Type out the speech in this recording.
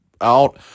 out